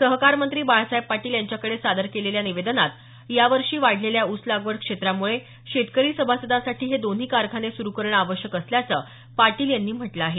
सहकार मंत्री बाळासाहेब पाटील यांच्याकडे सादर केलेल्या निवेदनात या वर्षी वाढलेल्या ऊस लागवड क्षेत्रामुळे शेतकरी सभासदांसाठी हे दोन्ही कारखाने सुरू करणे आवश्यक असल्याचं पाटील यांनी म्हटलं आहे